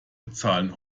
bezahlen